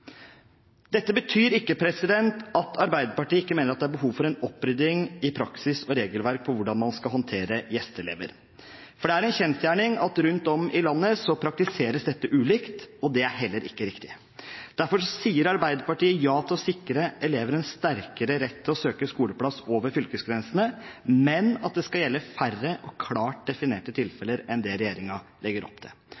Dette betyr ikke at Arbeiderpartiet ikke mener det er behov for en opprydding i praksis og regelverk for hvordan man skal håndtere gjesteelever. Det er en kjensgjerning at det rundt om i landet praktiseres ulikt, og det er heller ikke riktig. Derfor sier Arbeiderpartiet ja til å sikre elever en sterkere rett til å søke skoleplass over fylkesgrensene, men at det skal gjelde færre og klart definerte